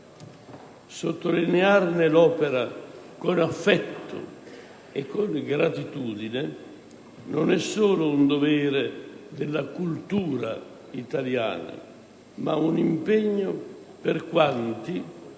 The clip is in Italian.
Sottolinearne l'opera con affetto e con gratitudine non è solo un dovere della cultura italiana, ma un impegno per quanti,